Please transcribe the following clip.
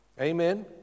Amen